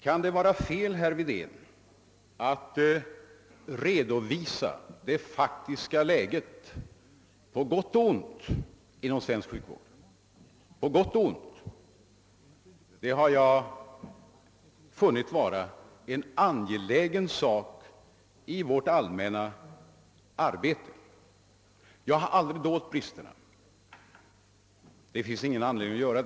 Kan det vara fel, herr Wedén, att redovisa det faktiska läget på gott och ont inom svensk sjukvård? Jag har funnit det vara en angelägen sak i vårt allmänna arbete. Bristerna har jag aldrig dolt, det finns det ingen anledning att göra.